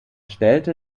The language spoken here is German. stellte